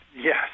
Yes